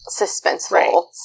suspenseful